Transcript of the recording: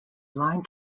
line